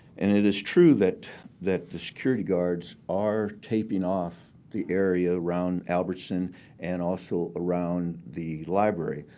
and it is true that that the security guards are taping off the area around albertson and also around the library.